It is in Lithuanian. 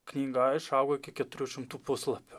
knyga išaugo iki keturių šimtų puslapių